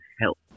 help